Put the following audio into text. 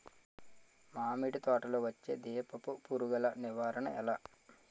మామిడి తోటలో వచ్చే దీపపు పురుగుల నివారణ ఎలా?